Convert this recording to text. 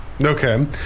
okay